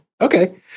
Okay